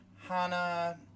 Hana